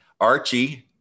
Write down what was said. archie